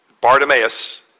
Bartimaeus